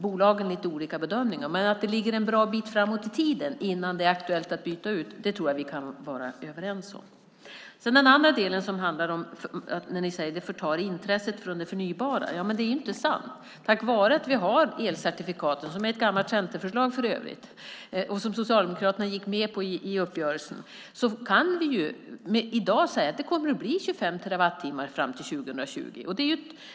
Bolagen gör lite olika bedömningar, men att det ligger en bra bit framåt i tiden innan det är aktuellt att byta ut dem tror jag att vi kan vara överens om. Det sades att det förtar intresset av det förnybara. Det är inte sant. Tack vare att vi har elcertifikaten - som för övrigt är ett gammalt centerförslag och som Socialdemokraterna gick med på i uppgörelsen - kan vi i dag säga att det kommer att bli 25 terawattimmar fram till 2020.